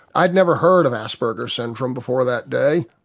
i'd never heard of asperger's syndrome before that day.